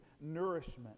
nourishment